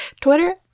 Twitter